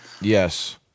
yes